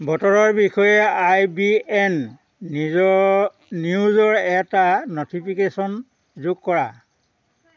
বতৰৰ বিষয়ে I B N নিজৰ নিউজৰ এটা ন'টিফিকেশ্যন যোগ কৰা